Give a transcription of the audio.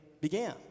began